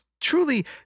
truly